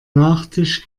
nachtisch